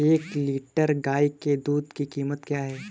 एक लीटर गाय के दूध की कीमत क्या है?